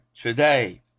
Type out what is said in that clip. today